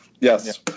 Yes